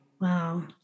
Wow